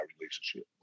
relationship